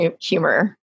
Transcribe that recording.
humor